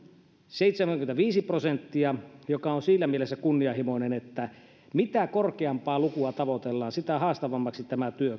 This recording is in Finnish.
seitsemänkymmentäviisi prosenttia joka on siinä mielessä kunnianhimoinen että mitä korkeampaa lukua tavoitellaan sitä haastavammaksi tämä työ